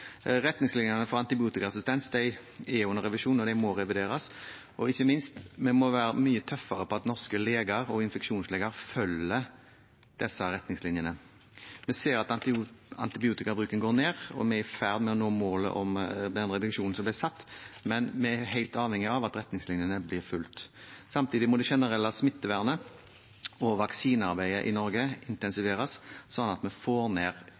Retningslinjene for antibiotikaresistens er under revisjon. De må revideres, og ikke minst må vi være mye tøffere på at norske leger, bl.a. infeksjonsleger, følger disse retningslinjene. Vi ser at antibiotikabruken går ned, og vi er i ferd med å nå det målet om reduksjon som ble satt, men vi er helt avhengig av at retningslinjene blir fulgt. Samtidig må det generelle smittevernet og vaksinearbeidet i Norge intensiveres, slik at vi får ned